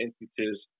instances